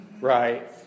right